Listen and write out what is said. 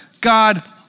God